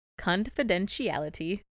Confidentiality